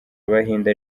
abahinde